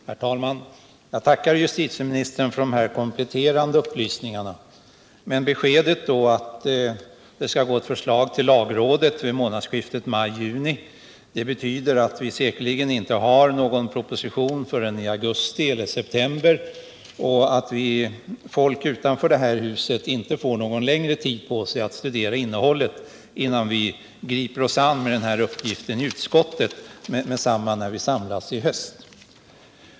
Herr talman! Jag tackar justitieministern för de kompletterande upplysningarna. Men beskedet att det skall överlämnas ett förslag till lagrådet i månadsskiftet maj-juni betyder att vi säkerligen inte har någon proposition förrän i augusti eller september, och att folk utanför detta hus inte får någon längre tid på sig att studera innehållet innan vi griper oss an med uppgiften i utskottet när vi samlas i höst.